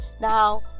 now